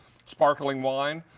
sparkling wine.